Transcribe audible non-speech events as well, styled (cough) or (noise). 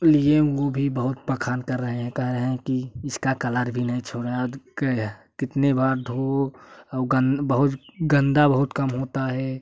लिए वो भी बहुत बखान कर रहें कह रहे हैं कि इसका कलर भी नहीं छोड़ा (unintelligible) कितनी बार धोओ और गंदा बहुत गंदा बहुत कम होता है